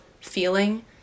feeling